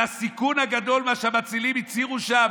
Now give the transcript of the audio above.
על הסיכון הגדול, מה שהמצילים הצהירו שם,